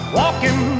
walking